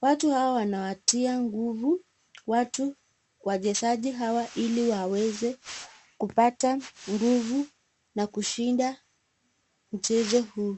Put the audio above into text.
Watu hawa wanawatia nguvu watu wachezaji hawa ili waweze kupata nguvu na kushinda mchezo huu.